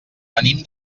venim